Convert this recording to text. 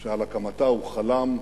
שעליה הוא חלם,